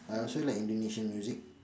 I also like Indonesian music